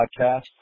Podcast